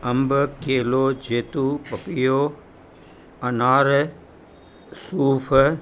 अंब केलो जेतून पपीहो अनार सूफ़ु